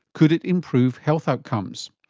could it improve health outcomes?